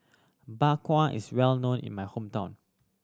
Bak Kwa is well known in my hometown